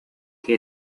que